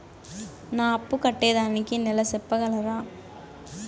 నా అప్పు కట్టేదానికి నెల సెప్పగలరా?